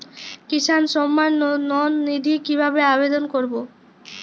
কিষান সম্মাননিধি কিভাবে আবেদন করব?